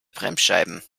bremsscheiben